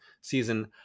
season